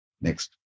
Next